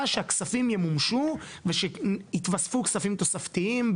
שהכספים ימומשו ושיתווספו כספים תוספתיים,